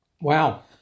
Wow